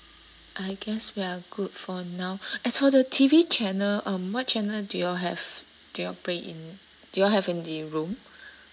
I guess we're good for now as for the T_V channel um what channel do you all have do you all play in do you all have in the room